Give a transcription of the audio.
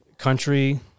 country